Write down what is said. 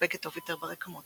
ונספגת טוב יותר ברקמות.